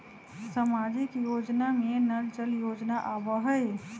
सामाजिक योजना में नल जल योजना आवहई?